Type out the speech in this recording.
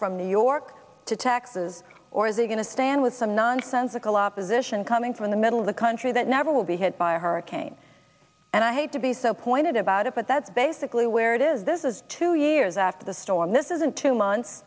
from new york to taxes or they're going to stand with some nonsensical opposition coming from the middle of the country that never will be hit by a hurricane and i hate to be so pointed about it but that's basically where it is this is two years after the storm this isn't two months